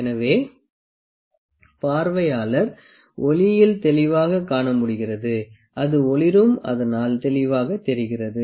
எனவே பார்வையாளர் ஒளியில் தெளிவாகக் காணமுடிகிறது அது ஒளிரும் அதனால் தெளிவாகத் தெரிகிறது